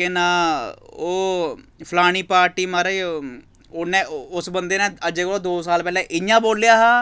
केह् नांऽ ओह् फलानी पार्टी महाराज उन्नै उस बंदे ने अज्जै कोला दो साल पैह्लें इ'यां बोलेआ हा